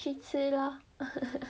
去吃 lor